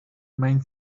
main